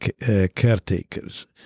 caretakers